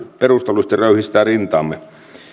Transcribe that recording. perustellusti röyhistää rintaamme